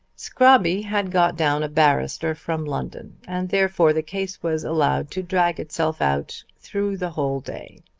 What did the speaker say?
scrobby had got down a barrister from london, and therefore the case was allowed to drag itself out through the whole day.